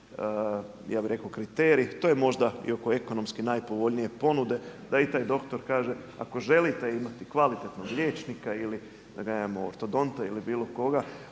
ja bih rekao kriterij. To je možda i oko ekonomski najpovoljnije ponude da i taj doktor kaže ako želite imati kvalitetnog liječnika ili ortodonta ili bilo koga